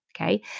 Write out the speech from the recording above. okay